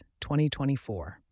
2024